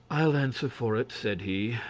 i'll answer for it, said he,